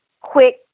quick